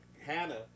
Hannah